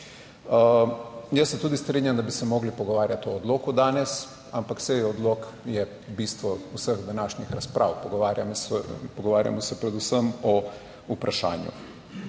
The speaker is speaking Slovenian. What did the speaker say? Jaz se tudi strinjam, da bi se morali pogovarjati o odloku danes, ampak saj je odlok je bistvo vseh današnjih razprav. Pogovarjamo se predvsem o vprašanju.